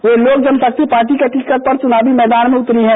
वे Lok Janshakti party के ticket पर चुनावी मैदान में उतरी हैं